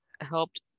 helped